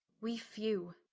we few,